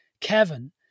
Kevin